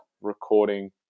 recording